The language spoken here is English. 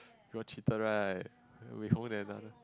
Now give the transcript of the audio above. got cheated right we confirm never